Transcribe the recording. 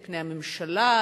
מפני הממשלה,